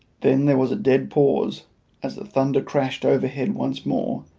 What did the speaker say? then there was a dead pause as the thunder crashed overhead once more,